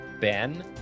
Ben